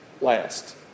last